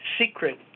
secret